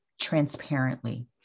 transparently